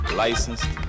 licensed